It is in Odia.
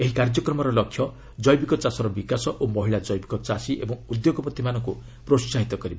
ଏହି କାର୍ଯ୍ୟକ୍ରମର ଲକ୍ଷ୍ୟ ଜୈବିକ ଚାଷର ବିକାଶ ଓ ମହିଳା ଜୈବିକ ଚାଷୀ ଓ ଉଦ୍ୟୋଗପତିମାନଙ୍କୁ ପ୍ରୋହାହିତ କରିବା